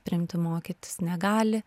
priimti mokytis negali